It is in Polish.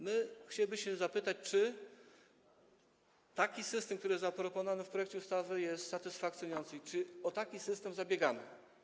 My chcielibyśmy zapytać, czy taki system, który zaproponowano w projekcie ustawy, jest satysfakcjonujący i czy o taki system zabiegamy.